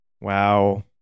Wow